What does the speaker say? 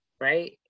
right